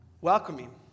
Welcoming